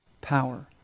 Power